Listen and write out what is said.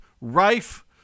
rife